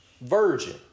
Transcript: virgin